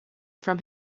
from